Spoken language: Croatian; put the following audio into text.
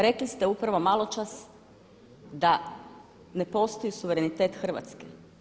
Rekli ste upravo maločas da ne postoji suverenitet Hrvatske.